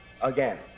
again